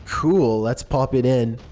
coooooool! let's pop it in!